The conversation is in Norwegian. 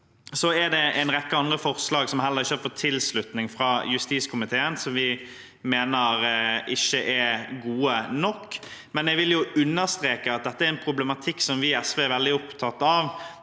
Så er det en rekke andre forslag som heller ikke får tilslutning fra justiskomiteen, forslag som vi mener ikke er gode nok. Men jeg vil understreke at dette er en problematikk som vi i SV er veldig opptatt av.